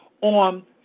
on